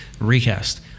Recast